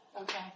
Okay